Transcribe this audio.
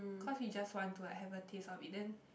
cause we just want to have a taste of it then